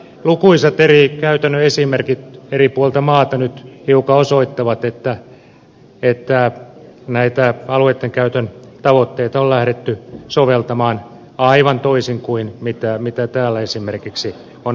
lukuisat käytännön esimerkit eri puolilta maata nyt hiukan osoittavat että alueiden käyttötavoitteita on lähdetty soveltamaan aivan toisin kuin täällä esimerkiksi on ajateltu